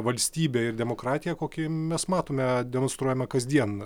valstybę ir demokratiją kokį mes matome demonstruojamą kasdien